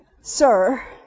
sir